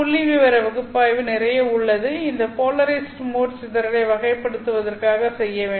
புள்ளிவிவர பகுப்பாய்வு நிறைய உள்ளது இந்த போலரைஸ்ட் மோட் சிதறலை வகைப்படுத்துவதற்காக செய்ய வேண்டும்